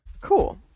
Cool